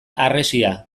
harresia